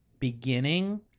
Beginning